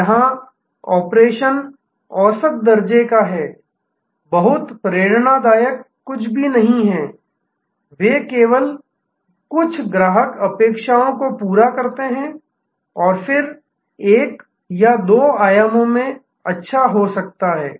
यहां ऑपरेशन औसत दर्जे का है बहुत प्रेरणादायक कुछ भी नहीं है वे कुछ ग्राहक अपेक्षाओं को पूरा करते हैं और फिर एक या दो आयामों में अच्छा हो सकता है